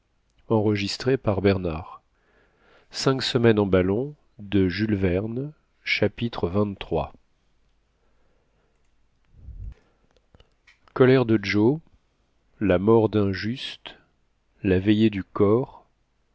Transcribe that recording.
chapitre xxiii colère de joe la mort dun juste la veillée du corps